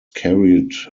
carried